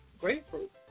grapefruit